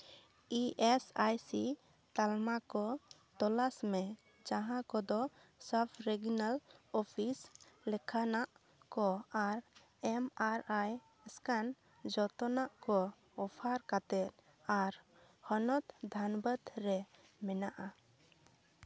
E S I C ᱛᱟᱞᱢᱟ ᱠᱚ ᱛᱚᱞᱟᱥ ᱢᱮ ᱡᱟᱦᱟᱸ ᱠᱚᱫᱚ ᱥᱟᱵᱼᱨᱮᱡᱤᱱᱟᱞ ᱚᱯᱷᱤᱥ ᱞᱮᱠᱷᱟᱱᱟᱜ ᱠᱚ R M R I scan ᱡᱚᱛᱱᱟᱜ ᱠᱚ ᱚᱯᱷᱟᱨ ᱠᱟᱛᱮᱫ ᱟᱨ ᱦᱚᱱᱚᱛ ᱫᱷᱟᱱᱵᱟᱫᱽ ᱨᱮ ᱢᱮᱱᱟᱜᱼᱟ